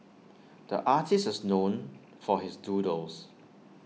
the artists is known for his doodles